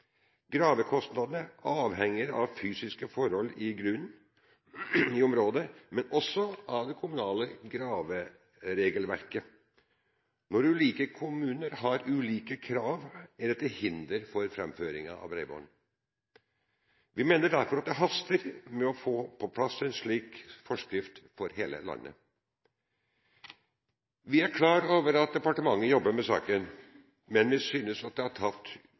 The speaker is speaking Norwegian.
Gravekostnadene avhenger av fysiske forhold i grunnen i området, men også av det kommunale graveregelverket. Når ulike kommuner har ulike krav, er det til hinder for framføringen av bredbånd. Vi mener derfor at det haster med å få på plass en slik forskrift for hele landet. Vi er klar over at departementet jobber med saken, men vi synes det